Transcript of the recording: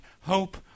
hope